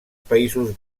països